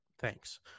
Thanks